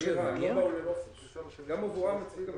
אנחנו לא מוסד עם